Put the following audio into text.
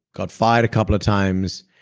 got fired a couple of times,